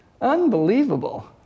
Unbelievable